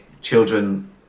children